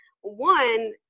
One